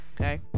Okay